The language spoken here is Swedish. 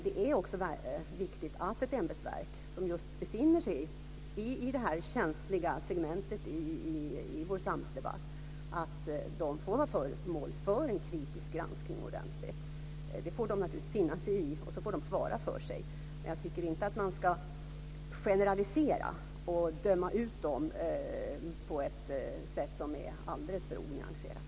Det är också viktigt att ett ämbetsverk som befinner sig i detta känsliga segment i vår samhällsdebatt får vara föremål för en ordentlig, kritisk granskning. Det får verket naturligtvis finna sig i, och det får sedan svara för sig. Men jag tycker inte att man ska generalisera och döma ut Migrationsverket på ett sätt som är alldeles för onyanserat.